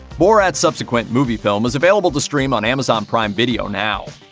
borat subsequent moviefilm is available to stream on amazon prime video now.